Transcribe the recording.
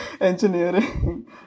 engineering